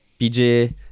PJ